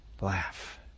laugh